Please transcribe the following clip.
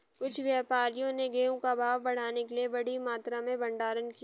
कुछ व्यापारियों ने गेहूं का भाव बढ़ाने के लिए बड़ी मात्रा में भंडारण किया